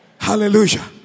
hallelujah